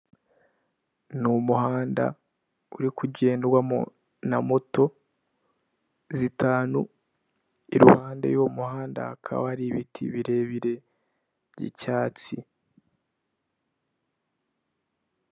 Ni umuhanda urikugendwa na moto zitanu, iruhande y'uwo muhanda hakaba hari ibiti birebire by'icyatsi.